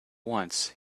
once